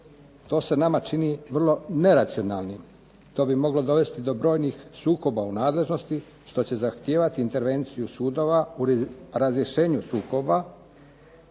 To se nama čini vrlo neracionalnim. To bi moglo dovesti do brojnih sukoba u nadležnosti, što će zahtijevati intervenciju sudova, u razrješenju sukoba,